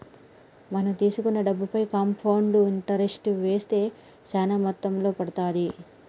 మనం తీసుకున్న డబ్బుపైన కాంపౌండ్ ఇంటరెస్ట్ వేస్తే చానా మొత్తంలో పడతాది